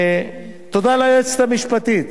תודה ליועצת המשפטית